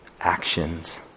Actions